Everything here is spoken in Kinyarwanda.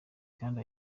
kandi